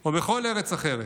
או בכל ארץ אחרת,